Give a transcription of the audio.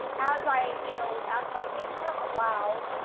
as i, you know, as my income allowed,